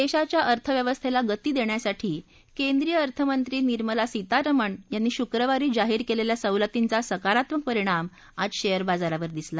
दशीच्या अर्थव्यवस्थापी गती दखिासाठी केंद्रीय अर्थमंत्री निर्मला सितारमण यांनी शुक्रवारी जाहीर कलिखा सवलतींचा सकारात्मक परिणाम आज शक्तेर बाजारात दिसला